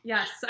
Yes